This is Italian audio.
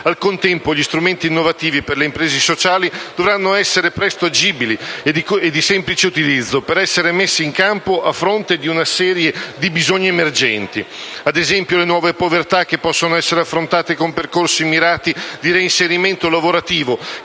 Al contempo gli strumenti innovativi per le imprese sociali dovranno essere presto agibili e di semplice utilizzo per essere messi in campo, a fronte di una serie di bisogni emergenti: ad esempio, le nuove povertà che possono essere affrontate con percorsi mirati di reinserimento lavorativo